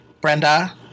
brenda